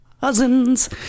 Cousins